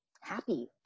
happy